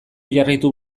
jarraitu